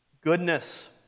goodness